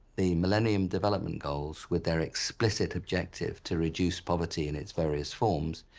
the millennium development goals with their explicit objective to reduce poverty in its various forms,